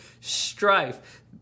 strife